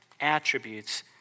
attributes